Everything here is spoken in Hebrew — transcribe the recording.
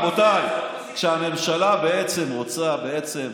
רבותיי: כשהממשלה בעצם רוצה,